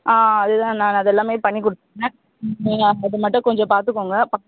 ஆ அதுதான் நான் அதை எல்லாம் பண்ணி கொடுத்துர்றேன் நீங்கள் அதை மட்டும் கொஞ்சம் பார்த்துக்கோங்க